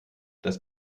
das